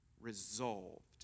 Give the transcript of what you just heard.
resolved